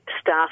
staff